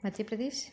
Madhya Pradesh